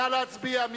נא להצביע.